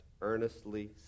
earnestly